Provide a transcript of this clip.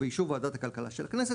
ובאישור ועדת הכלכלה של הכנסת,